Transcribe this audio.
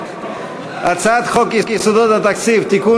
הצעת חוק יסודות התקציב (תיקון,